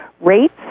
rates